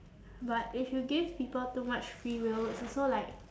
but if you give people too much free will it's also like